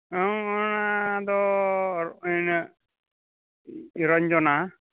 ᱚᱱᱟ ᱫᱚ ᱤᱱᱟᱹᱜ ᱱᱤᱨᱚᱧᱡᱚᱱᱟ